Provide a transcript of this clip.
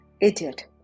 Idiot